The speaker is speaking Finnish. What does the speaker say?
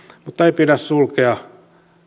mutta ei pidä sulkea